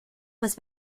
was